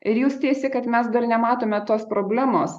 ir jūs teisi kad mes dar nematome tos problemos